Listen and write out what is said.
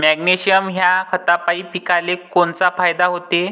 Magnesium ह्या खतापायी पिकाले कोनचा फायदा होते?